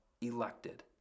elected